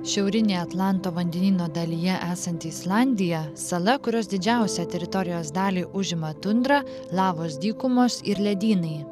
šiaurinėje atlanto vandenyno dalyje esanti islandija sala kurios didžiausią teritorijos dalį užima tundra lavos dykumos ir ledynai